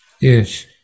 Yes